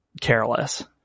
careless